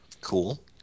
Cool